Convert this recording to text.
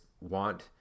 want